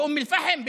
באום אל-פחם,